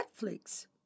Netflix